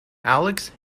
alex